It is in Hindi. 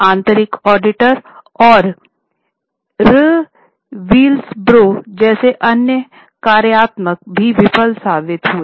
आंतरिक ऑडिटर और व्हिसलब्लोअर जैसे अन्य कार्यात्मक भी विफल साबित हुए